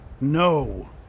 No